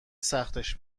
سختش